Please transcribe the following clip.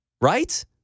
Right